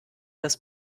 das